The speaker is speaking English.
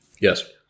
Yes